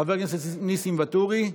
חבר הכנסת ניסים ואטורי.